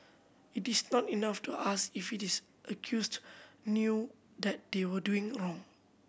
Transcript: it is not enough to ask if it is accused knew that they were doing wrong